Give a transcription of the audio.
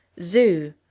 zoo